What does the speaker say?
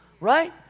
right